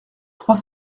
trois